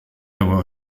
avoir